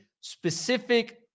specific